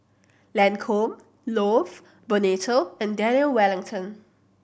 Lancome Love Bonito and Daniel Wellington